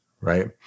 right